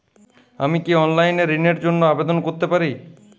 আমি কি অনলাইন এ ঋণ র জন্য আবেদন করতে পারি?